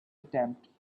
attempt